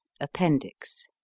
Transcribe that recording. Appendix